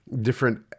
different